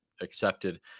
accepted